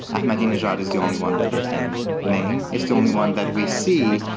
ahmadinejad is the only one that they can name. it's the only one that we see.